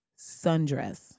sundress